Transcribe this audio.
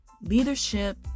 Leadership